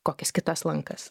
kokias kitas lankas